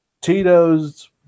Tito's